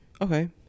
Okay